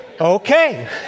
Okay